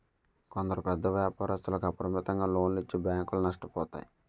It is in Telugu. కొందరు పెద్ద వ్యాపారస్తులకు అపరిమితంగా లోన్లు ఇచ్చి బ్యాంకులు నష్టపోతాయి